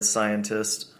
scientist